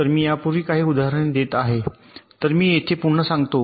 तर मी यापूर्वीसुद्धा काही उदाहरणे देत आहे तर मी येथे पुन्हा सांगतो